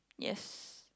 yes